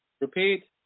Repeat